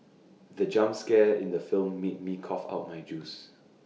the jump scare in the film made me cough out my juice